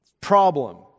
Problem